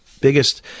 biggest